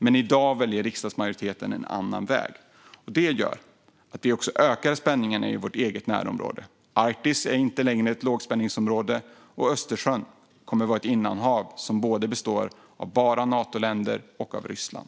Men i dag väljer riksdagsmajoriteten en annan väg. Det gör att vi också ökar spänningarna i vårt eget närområde. Arktis är inte längre ett lågspänningsområde. Östersjön kommer att vara ett innanhav som omges av bara Natoländer och Ryssland.